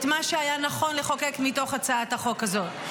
מה שהיה נכון לחוקק מתוך הצעת החוק הזאת.